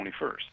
21st